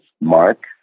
mark